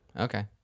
Okay